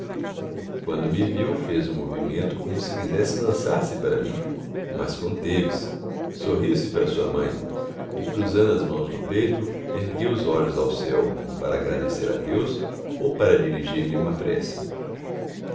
quando me viu fez um movimento como se quisesse lançar-se para mim mas conteve-se sorriu-se para sua mãe e cruzando as mãos no peito ergueu os olhos ao céu como para agradecer a deus ou para dirigir lhe uma prece